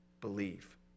believe